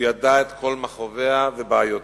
הוא ידע את כל מכאוביה ובעיותיה,